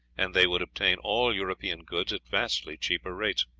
and they would obtain all european goods at vastly cheaper rates.